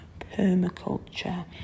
permaculture